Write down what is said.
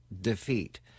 defeat